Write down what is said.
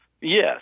Yes